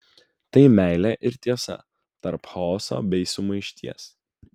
tai meilė ir tiesa tarp chaoso bei sumaišties